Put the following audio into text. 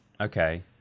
Okay